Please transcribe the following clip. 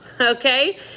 Okay